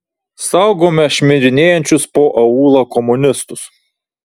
saugome šmirinėjančius po aūlą komunistus